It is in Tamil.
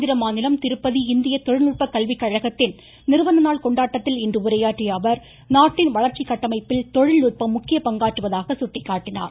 ஆந்திரமாநிலம் திருப்பதி இந்திய தொழில்நுட்ப கல்வி கழகத்தின் நிறுவனநாள் கொண்டாட்டத்தில் இன்று உரையாற்றிய அவர் நாட்டின் வளர்ச்சி கட்டமைப்பில் தொழில்நுட்பம் முக்கிய பங்காற்றுவதாக சுட்டிக்காட்டினார்